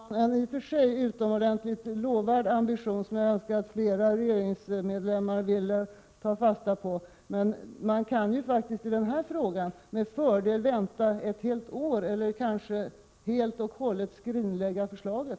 Herr talman! Det är en i och för sig utomordentligt lovvärd ambition, som jag önskar att fler regeringsledamöter ville ta fasta på. Men i den här frågan kan man faktiskt med fördel vänta ett helt år eller kanske helt och hållet skrinlägga förslaget.